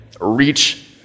reach